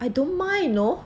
I don't mind you know